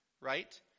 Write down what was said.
right